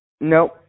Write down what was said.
Nope